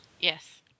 Yes